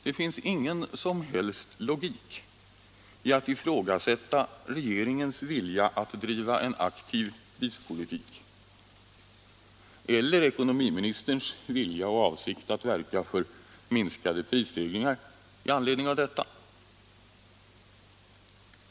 Det finns ingen som helst logik i att i anledning av detta ifrågasätta regeringens vilja att driva en aktiv prispolitik eller ekonomiministerns vilja och avsikt att verka för minskade prisstegringar.